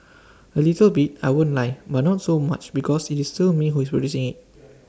A little bit I won't lie but not so much because IT is still me who is producing IT